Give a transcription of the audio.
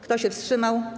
Kto się wstrzymał?